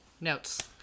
notes